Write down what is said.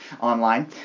online